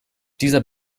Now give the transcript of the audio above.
dieser